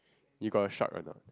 you got a shock or not